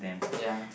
ya